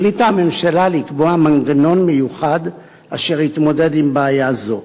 החליטה הממשלה לקבוע מנגנון מיוחד אשר יתמודד עם בעיה זו.